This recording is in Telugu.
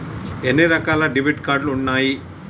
ఎన్ని రకాల డెబిట్ కార్డు ఉన్నాయి?